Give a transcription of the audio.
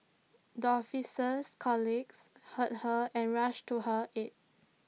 the officer's colleagues heard her and rushed to her aid